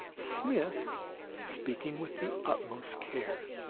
smith speaking with the utmost care